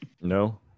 No